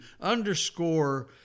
underscore